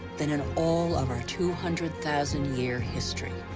than in all of our two hundred thousand year history.